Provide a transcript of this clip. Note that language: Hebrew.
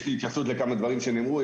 יש לי התייחסות לכמה דברים שנאמרו.